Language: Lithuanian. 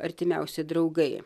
artimiausi draugai